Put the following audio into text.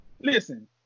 listen